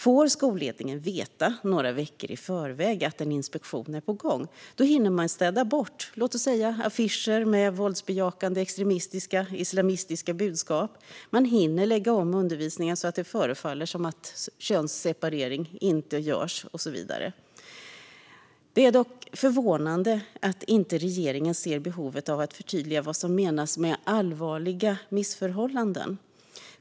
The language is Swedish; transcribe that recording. Får skolledningen veta några veckor i förväg att en inspektion är på gång hinner man städa bort låt oss säga affischer med våldsbejakande extremistiska islamistiska budskap, lägga om undervisningen så att det förefaller som att könsseparering inte görs och så vidare. Det är dock förvånande att regeringen inte ser behovet av att förtydliga vad som menas med "allvarliga missförhållanden".